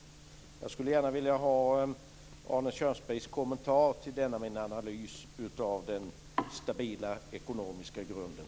Jag skulle gärna vilja ha Arne Kjörnsbergs kommentar till denna min analys av den stabila ekonomiska grunden.